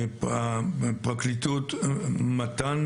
מהפרקליטות מתן